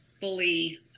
fully –